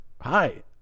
hi